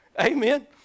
Amen